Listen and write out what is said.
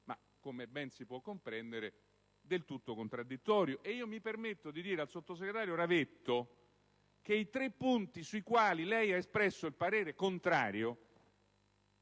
ma, come ben si può comprendere, del tutto contraddittoria. Mi permetto di dire alla sottosegretario Ravetto che i tre punti sui quali ha espresso parere contrario